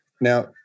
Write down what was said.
Now